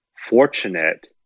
fortunate